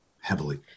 heavily